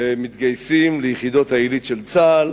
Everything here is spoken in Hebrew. מתגייס ליחידות העילית של צה"ל,